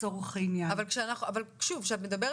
אז אנחנו מנסים להבין מה לא כדי לנסות לעזור ולתקן.